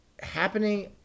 happening